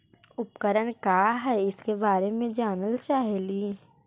उपकरण क्या है इसके बारे मे जानल चाहेली?